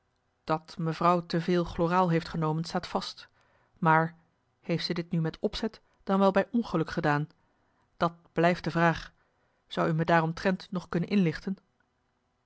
dat mevrouw te veel chloraal heeft genomen staat vast maar heeft ze dit nu met opzet dan wel bij ongeluk gedaan dat blijft de vraag zou u me daaromtrent nog kunnen inlichten